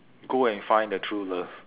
go and find the true love